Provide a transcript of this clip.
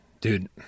Dude